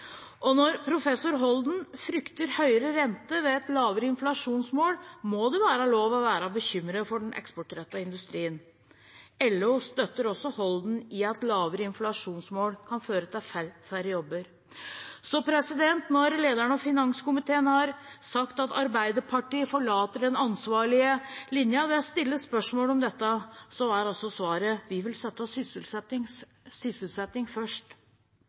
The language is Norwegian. Når professor Holden frykter høyere rente ved et lavere inflasjonsmål, må det være lov å være bekymret for den eksportrettede industrien. LO støtter også Holden i at lavere inflasjonsmål kan føre til færre jobber. Så når lederen av finanskomiteen har sagt at Arbeiderpartiet forlater den ansvarlige linjen ved å stille spørsmål om dette, er altså svaret: Vi vil sette sysselsetting først.